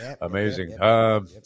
amazing